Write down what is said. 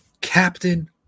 Captain